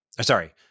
sorry